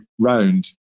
round